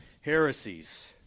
heresies